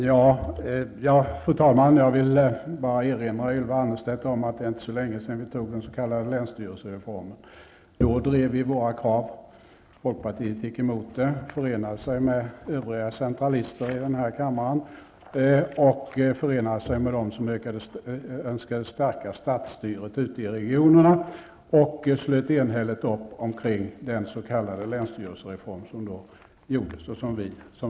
Fru talman! Jag vill bara erinra Ylva Annerstedt om att det inte är så länge sedan som vi fattade beslut om den s.k. länsstyrelsereformen. Då drev vi våra krav, och folkpartiet gick emot och förenade sig med övriga centralister i den här kammaren. Man förenade sig med dem som önskade stärka statsstyret ute i regionerna och slöt enhälligt upp omkring den s.k. länsstyrelsereformen som då genomfördes.